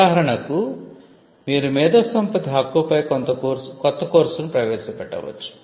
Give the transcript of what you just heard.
ఉదాహరణకు మీరు మేధోసంపత్తి హక్కుపై కొత్త కోర్సును ప్రవేశపెట్టవచ్చు